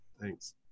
Thanks